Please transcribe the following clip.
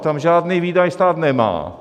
Tam žádný výdaj stát nemá.